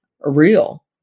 real